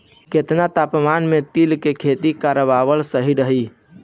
केतना तापमान मे तिल के खेती कराल सही रही?